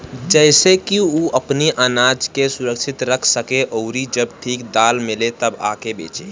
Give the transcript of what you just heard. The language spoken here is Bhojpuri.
जेसे की उ अपनी आनाज के सुरक्षित रख सके अउरी जब ठीक दाम मिले तब ओके बेचे